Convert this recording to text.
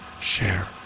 share